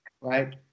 right